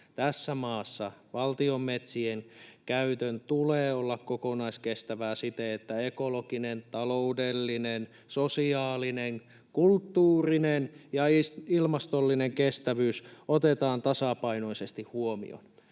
tässä maassa valtion metsien käytön tulee olla kokonaiskestävää siten, että ekologinen, taloudellinen, sosiaalinen, kulttuurinen ja ilmastollinen kestävyys otetaan tasapainoisesti huomioon.